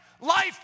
life